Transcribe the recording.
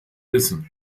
wissen